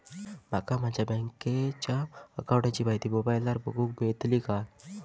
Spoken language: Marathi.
माका माझ्या बँकेच्या अकाऊंटची माहिती मोबाईलार बगुक मेळतली काय?